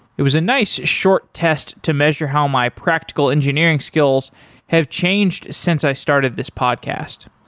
it was a nice short test to measure how my practical engineering skills have changed since i started this podcast.